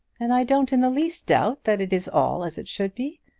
and i don't in the least doubt that it is all as it should be.